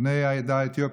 בני העדה האתיופית,